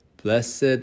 Blessed